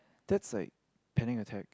that's like panic attack